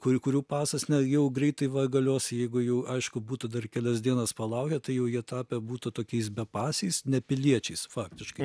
kurių kurių pasas ne jau greitai va galios jeigu jų aišku būtų dar kelias dienas palaukę tai jau jie tapę būtų tokiais bepasiais nepiliečiais faktiškai